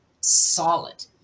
solid